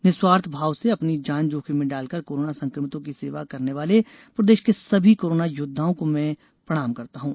निःस्वार्थ भाव से अपनी जान जोखिम में डालकर कोरोना संक्रमितों की सेवा करने वाले प्रदेश के सभी कोरोना योद्वाओं को में प्रणाम करता हूं